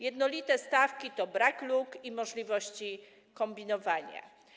Jednolite stawki to brak luk i możliwości kombinowania.